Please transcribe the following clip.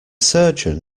surgeon